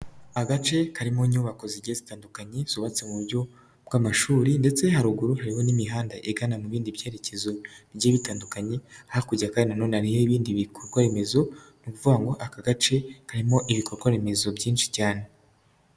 Agace karimo inyubako zigiye zitandukanye, zubatse mu buryo bw'amashuri, ndetse haruguru haba n'imihanda igana mu bindi byerekezo bigiye bitandukanye, hakurya kandi nane hari ibindi bikorwaremezo, n'ukuvuga ngo aka gace karimo ibikorwa remezo byinshi cyane.